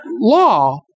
law